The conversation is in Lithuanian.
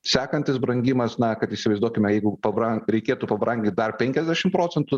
sekantis brangimas na kad įsivaizduokime jeigu pabrangt reikėtų pabrangint dar penkiasdešim procentų